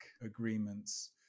agreements